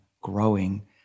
growing